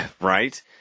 Right